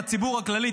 הציבור הכללי,